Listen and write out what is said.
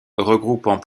regroupant